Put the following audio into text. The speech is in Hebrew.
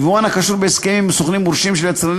יבואן הקשור בהסכמים עם סוכנים מורשים של יצרני